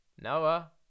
Noah